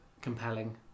compelling